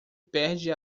perde